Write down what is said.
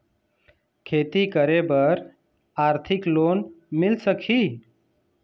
खेती करे बर आरथिक लोन मिल सकही?